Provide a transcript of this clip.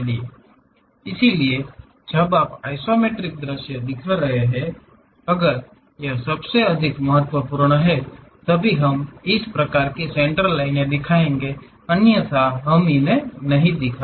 इसलिए जब आप आइसोमेट्रिक दृश्य दिखा रहे हैं अगर यह सबसे अधिक महत्वपूर्ण है तभी हम इस प्रकार की सेंटलाइन्स दिखाएंगे अन्यथा हमें उन्हें नहीं दिखाना चाहिए